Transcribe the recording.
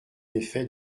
effet